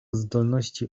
zdolności